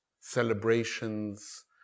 celebrations